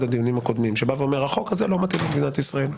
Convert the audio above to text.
הדיונים הקודמים שאומר שהחוק הזה לא מתאים למדינת ישראל.